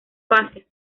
fases